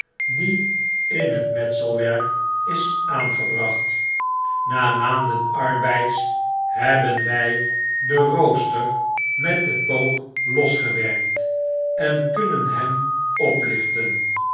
die in het metselwerk is aangebracht na maanden arbeids hebben wy den rooster met den pook losgewerkt en kunnen hem oplichten